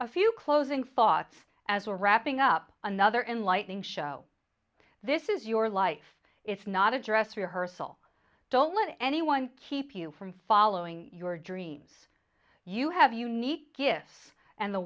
a few closing thoughts as we're wrapping up another enlightening show this is your life it's not a dress rehearsal don't let anyone keep you from following your dreams you have unique gifts and the